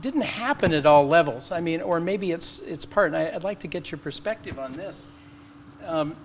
didn't happen at all levels i mean or maybe it's part of i'd like to get your perspective on this